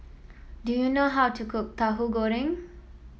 do you know how to cook Tahu Goreng